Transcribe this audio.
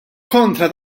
kontra